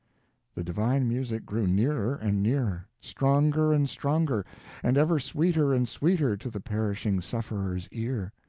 the divine music grew nearer and nearer, stronger and stronger and ever sweeter and sweeter to the perishing sufferer's ear.